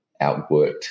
outworked